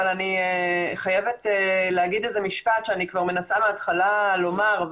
אבל אני חייבת להגיד משפט שאני מנסה מהתחלה לומר,